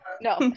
no